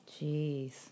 Jeez